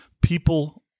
People